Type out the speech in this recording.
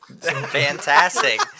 Fantastic